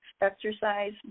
exercise